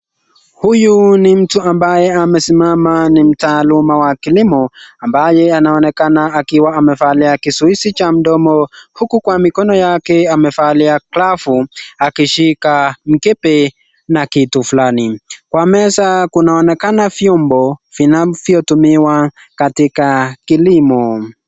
Huyu ni mtu ambaye amesimama ni mtaaluma wa kilimo ambaye anaonekana akiwa amevalia kizuizi cha mdomo huku kwa mikono yake amevalia glavu akishika mkebe na kitu fulani ,kwa meza kunaonekana viombo vinavyotumiwa katika kilimo.